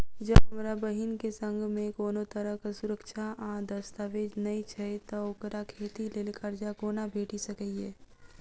जँ हमरा बहीन केँ सङ्ग मेँ कोनो तरहक सुरक्षा आ दस्तावेज नै छै तऽ ओकरा खेती लेल करजा कोना भेटि सकैये?